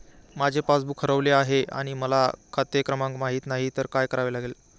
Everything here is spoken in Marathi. माझे पासबूक हरवले आहे आणि मला खाते क्रमांक माहित नाही तर काय करावे लागेल?